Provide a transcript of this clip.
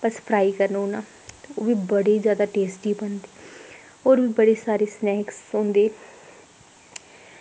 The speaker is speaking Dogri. ते बस फ्राई करी ओड़ना ते ओह् बड़ी जादा टेस्ट बनदी होर बी बड़े सारे स्नैक्स होंदे